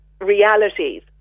realities